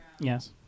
yes